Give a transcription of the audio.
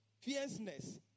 fierceness